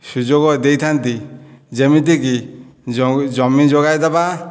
ସୁଯୋଗ ଦେଇଥାନ୍ତି ଯେମିତିକି ଯେଉଁ ଜମି ଯୋଗାଇ ଦେବା